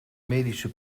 medische